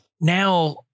Now